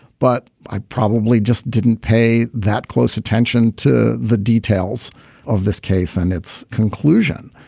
but i probably just didn't pay that close attention to the details of this case and its conclusion.